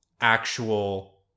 actual